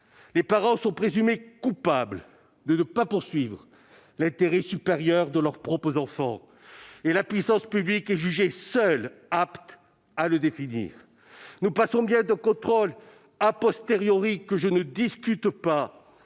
les parents sont présumés coupables de ne pas poursuivre l'intérêt supérieur de leurs propres enfants, et la puissance publique est jugée seule apte à le définir. Nous passons bien d'un contrôle que je ne discute pas,